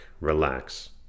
relax